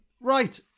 Right